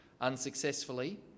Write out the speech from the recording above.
unsuccessfully